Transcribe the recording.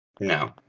No